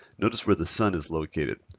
notice where the sun is located.